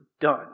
done